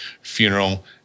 funeral